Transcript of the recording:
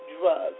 drugs